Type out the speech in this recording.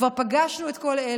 כבר פגשנו את כל אלה.